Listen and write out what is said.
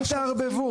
אל תערבבו.